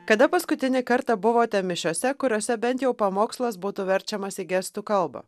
kada paskutinį kartą buvote mišiose kuriose bent jau pamokslas būtų verčiamas į gestų kalbą